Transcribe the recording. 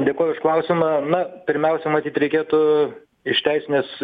dėkoju už klausimą na pirmiausia matyt reikėtų iš teisinės